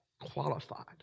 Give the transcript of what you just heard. qualified